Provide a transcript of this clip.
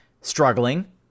struggling